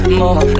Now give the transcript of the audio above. more